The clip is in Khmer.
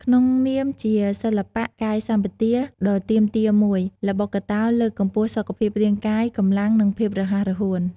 ក្នុងនាមជាសិល្បៈកាយសម្បទាដ៏ទាមទារមួយ ល្បុក្កតោលើកកម្ពស់សុខភាពរាងកាយ កម្លាំង និងភាពរហ័សរហួន។